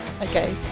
Okay